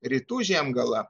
rytų žiemgalą